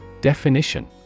Definition